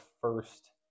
first